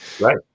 Right